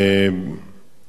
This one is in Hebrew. שאמר,